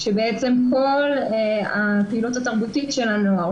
כשבעצם כל הפעילות התרבותית של הנוער,